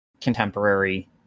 contemporary